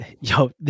Yo